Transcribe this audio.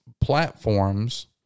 platforms